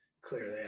clearly